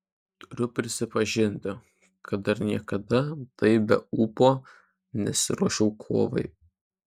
turiu prisipažinti kad dar niekada taip be ūpo nesiruošiau kovai